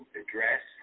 address